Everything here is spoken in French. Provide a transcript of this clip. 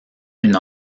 une